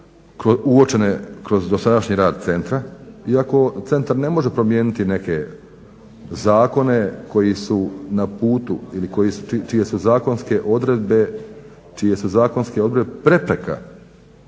uočene kroz dosadašnji rad centra iako centar ne može promijeniti neke zakone koji su na putu ili čije su zakonske odredbe prepreka